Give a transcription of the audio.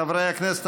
חברי הכנסת,